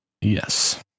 Yes